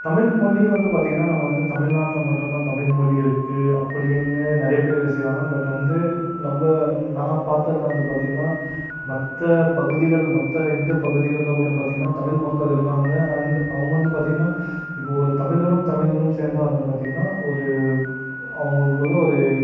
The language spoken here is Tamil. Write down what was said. தமிழ்மொழி வந்து பார்த்தீங்கன்னா நம்ம வந்து தமிழ்நாட்டில் மட்டும் தான் தமிழ்மொழி இருக்கு அப்படின்னு நிறைய பேர் என்ன செய்வாங்க பட் வந்து நம்ப நான் பார்த்ததுல வந்து பார்த்தீங்கன்னா மற்ற பகுதிகள் மற்ற இந்திய பகுதிகளில் கூட பார்த்தீங்கன்னா தமிழ் மக்கள் இருக்காங்க அண்ட் அவங்க வந்து பார்த்தீங்கன்னா இப்போ ஒரு தமிழனும் தமிழனும் சேர்ந்தா வந்து பார்த்தீங்கன்னா ஒரு அவங்களுக்குள்ள ஒரு